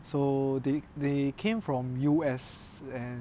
so they they came from U_S and